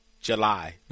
July